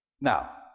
Now